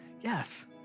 Yes